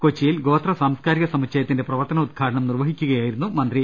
കൊച്ചിയിൽ ഗോത്ര സാംസ്കാരിക സമുച്ചയത്തിന്റെ പ്രവർത്തനോദ്ഘാടനം നിർവ്വഹിക്കുകയായിരുന്നു മന്ത്രി